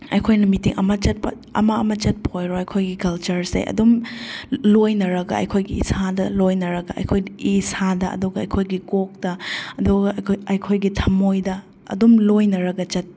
ꯑꯩꯈꯣꯏꯅ ꯃꯤꯇꯤꯡ ꯑꯃ ꯆꯠꯄ ꯑꯃ ꯑꯃ ꯆꯠꯄ ꯑꯣꯏꯔꯣ ꯑꯩꯈꯣꯏꯒꯤ ꯀꯜꯆꯔꯁꯦ ꯑꯗꯨꯝ ꯂꯣꯏꯅꯔꯒ ꯑꯩꯈꯣꯏꯒꯤ ꯏꯁꯥꯗ ꯂꯣꯏꯅꯔꯒ ꯑꯩꯈꯣꯏ ꯏꯁꯥꯗ ꯑꯗꯨꯒ ꯑꯩꯈꯣꯏꯒꯤ ꯀꯣꯛꯇ ꯑꯗꯨꯒ ꯑꯩꯈꯣꯏꯒꯤ ꯊꯃꯣꯏꯗ ꯑꯗꯨꯝ ꯂꯣꯏꯅꯔꯒ ꯆꯠ